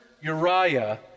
Uriah